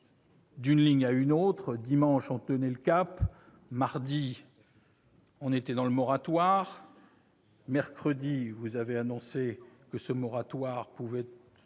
d'une ligne à une autre. Dimanche, on tenait le cap ; mardi, on était dans le moratoire ; mercredi, vous avez annoncé que ce moratoire pouvait